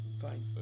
Fine